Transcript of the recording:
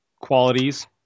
qualities